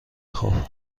خوب